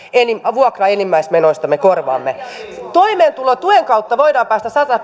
vuokran enimmäismenoista me korvaamme toimeentulotuen kautta voidaan päästä sataan